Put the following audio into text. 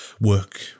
work